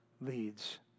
leads